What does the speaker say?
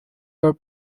your